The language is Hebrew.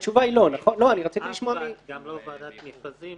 לא, התשובה היא לא, גם לא ועדת מכרזים.